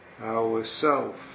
ourself